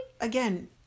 Again